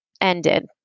ended